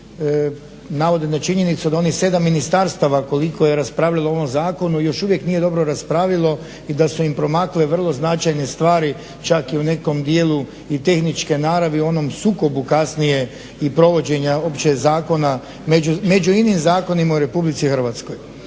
navode na činjenicu da onih 7 ministarstava koliko je raspravljalo o ovom zakonu još uvijek nije dobro raspravilo i da su im promakle vrlo značajne stvari, čak i u nekom dijelu i tehničke naravi u onom sukobu kasnije i provođenja uopće zakona među inim zakonima u RH. Ono što